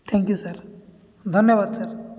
thank you sir ଧନ୍ୟବାଦ sir